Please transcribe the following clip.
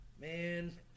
Man